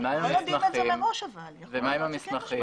מה עם המסמכים?